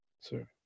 Sir